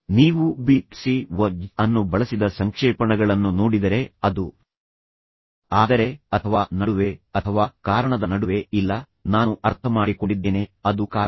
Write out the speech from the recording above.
ನೀವು B T C O Z ಅನ್ನು ಬಳಸಿದ ಸಂಕ್ಷೇಪಣಗಳನ್ನು ನೋಡಿದರೆ ಅದು ಆದರೆ ಅಥವಾ ನಡುವೆ ಅಥವಾ ಕಾರಣದ ನಡುವೆ ಇಲ್ಲ ನಾನು ಅರ್ಥಮಾಡಿಕೊಂಡಿದ್ದೇನೆ ಅದು ಕಾರಣ